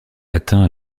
atteint